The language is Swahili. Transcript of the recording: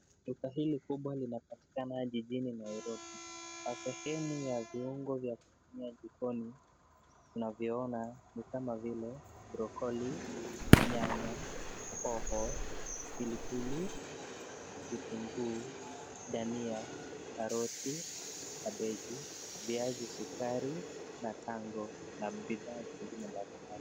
Duka hili kubwa linapatikana jijini Nairobi. Kwa sehemu ya viungo vya kutumia jikoni tunaviona ni kama vile: brokoli, nyanya, hoho, pilipili, kitunguu, dania, karoti, kabichi, viazi sukari, na tango na bidhaa zingine mbalimbali.